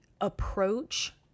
approach